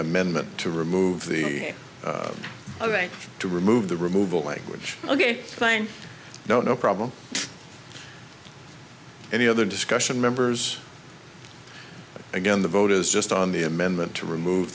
amendment to remove the right to remove the removal language ok fine no problem any other discussion members again the voters just on the amendment to remove